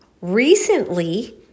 recently